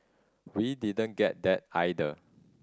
we didn't get that either